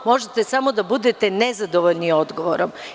Možete da budete samo nezadovoljni odgovorom.